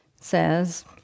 says